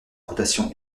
rotation